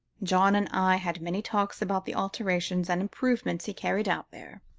john and i had many talks about the alterations and improvements he carried out there.